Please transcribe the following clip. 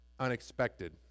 unexpected